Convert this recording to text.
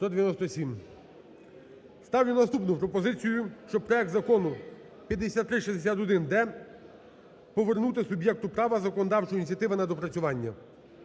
Ставлю наступну пропозицію, щоб проект Закону 5361-д повернути суб'єкту права законодавчої ініціативи на доопрацювання.